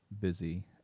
busy